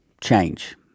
change